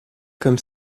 comme